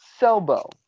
Selbo